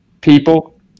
people